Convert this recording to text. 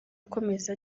akomeza